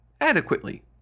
adequately